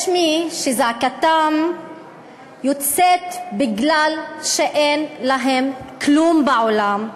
יש מי שזעקתם יוצאת בגלל שאין להם כלום בעולם,